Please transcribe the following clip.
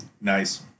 Nice